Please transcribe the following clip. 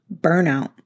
Burnout